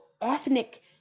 ethnic